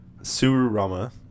Sururama